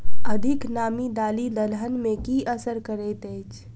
अधिक नामी दालि दलहन मे की असर करैत अछि?